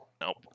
Nope